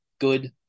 good